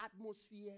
atmosphere